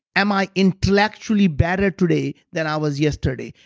am i intellectually better today than i was yesterday?